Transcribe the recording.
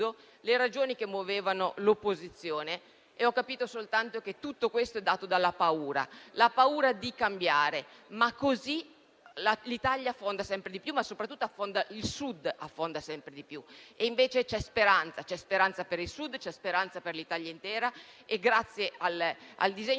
grazie a tutto